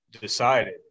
decided